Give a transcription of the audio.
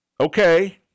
Okay